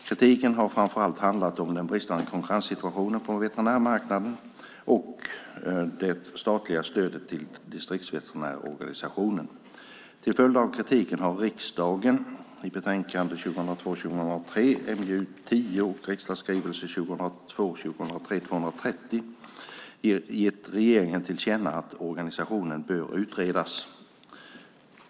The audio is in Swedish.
Kritiken har framför allt handlat om den bristande konkurrenssituationen på veterinärmarknaden och det statliga stödet till distriktsveterinärsorganisationen. Till följd av kritiken har riksdagen gett regeringen till känna att organisationen bör utredas.